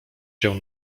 się